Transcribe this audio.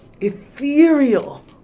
ethereal